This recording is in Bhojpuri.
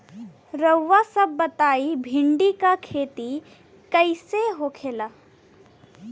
रउआ सभ बताई भिंडी क खेती कईसे होखेला?